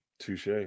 Touche